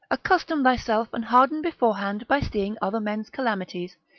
accustom thyself, and harden beforehand by seeing other men's calamities,